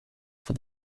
for